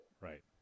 Right